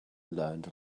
learned